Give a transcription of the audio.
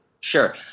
Sure